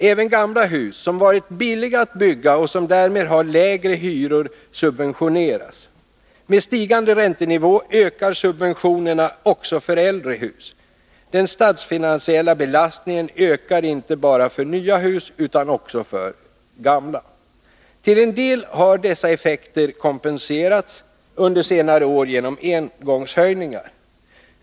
Även gamla hus, som varit billiga att bygga och som därmed har lägre hyror, subventioneras. Med stigande räntenivå ökar subventionerna också för äldre hus. Den statsfinansiella belastningen ökar inte bara för nya hus utan också för gamla. Till en del har dessa effekter kompenserats under senare år genom engångshöjningar.